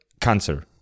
cancer